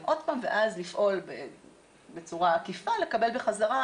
עוד פעם ואז לפעול בצורה עקיפה לקבל בחזרה,